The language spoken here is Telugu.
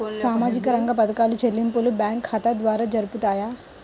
సామాజిక రంగ పథకాల చెల్లింపులు బ్యాంకు ఖాతా ద్వార జరుగుతాయా?